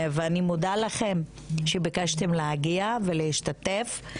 ואני מודה לכם שביקשתם להגיע ולהשתתף.